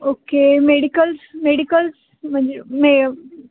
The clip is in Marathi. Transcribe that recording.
ओके मेडिकल्स मेडिकल्स म्हणजे मे